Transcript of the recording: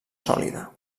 sòlida